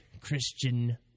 Christian